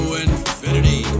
infinity